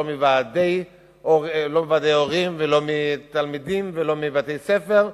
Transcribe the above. לא מוועדי הורים ולא מתלמידים ולא מבתי-ספר.